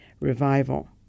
revival